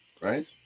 right